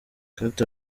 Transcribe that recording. kate